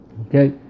Okay